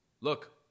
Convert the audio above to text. Look